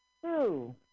two